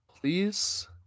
Please